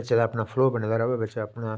बच्चे दा अपना फ्लो बने दा र'वै बच्चे दा अपना